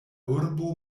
urbo